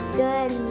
good